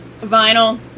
vinyl